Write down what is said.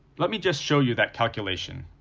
let me just show you that calculation.